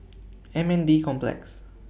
M N D Complex